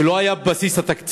שזה לא היה בבסיס התקציב